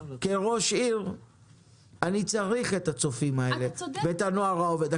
--- כראש עירייה אני צריך את הצופים האלה ואת הנוער העובד.